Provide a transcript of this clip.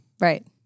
Right